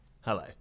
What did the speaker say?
Hello